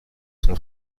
son